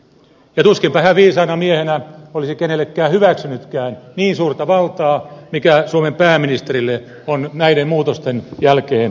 tuskinpa hän viisaana miehenä olisi kenellekään hyväksynytkään niin suurta valtaa kuin suomen pääministerille on näiden muutosten jälkeen tulossa